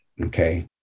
Okay